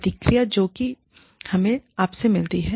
प्रतिक्रिया जो कि हमें आपसे मिलती है